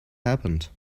happened